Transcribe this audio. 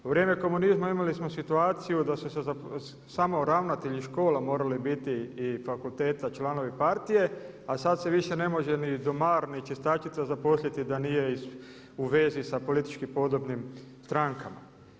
U vrijeme komunizma imali smo situaciju da su samo ravnatelji škola morali biti i fakulteta članovi partije a sada se više ne može ni domar ni čistačica zaposliti da nije u vezi sa politički podobnim strankama.